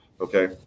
Okay